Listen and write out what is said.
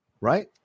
right